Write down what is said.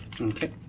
Okay